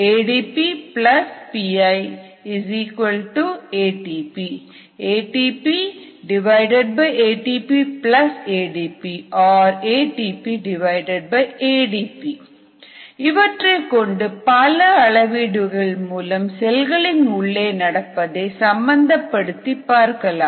ADP Pi ATP ATPATPADP or ATPADP இவற்றைக் கொண்டு பல அளவீடுகள் மூலம் செல்களின் உள்ளே நடப்பதை சம்பந்தப்படுத்தி பார்க்கலாம்